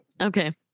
Okay